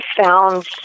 found